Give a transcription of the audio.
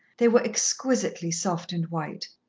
they were exquisitely soft and white.